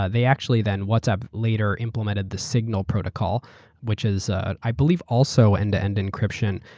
ah they actually then, whatsapp later implemented the signal protocol which is ah i believe also end-to-end encryption.